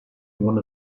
one